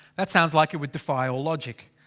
that sounds like it would defy all logic.